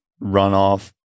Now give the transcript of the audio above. runoff